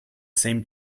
same